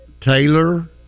Taylor